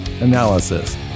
analysis